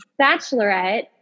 bachelorette